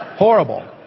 horrible,